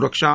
सुरक्षा